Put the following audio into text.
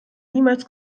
niemals